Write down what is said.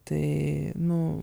tai nu